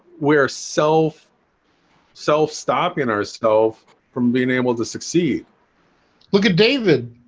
where self self stopping ourself from being able to succeed look at david.